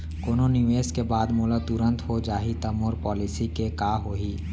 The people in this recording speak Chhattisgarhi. कोनो निवेश के बाद मोला तुरंत हो जाही ता मोर पॉलिसी के का होही?